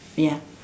ya